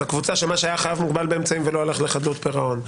אז הקבוצה של מי שחייב מוגבל באמצעים ולא הלך לחדלות פירעון,